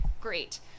great